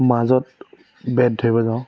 মাজত বেট ধৰিব যাওঁ